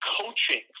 coaching